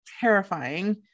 terrifying